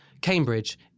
Cambridge